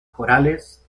corales